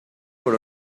por